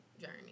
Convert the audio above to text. journey